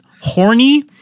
horny